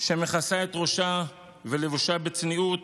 שמכסה את ראשה ולבושה בצניעות,